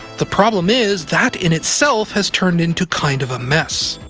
the problem is, that in itself has turned into kind of a mess.